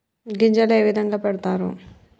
గింజలు ఏ విధంగా పెడతారు?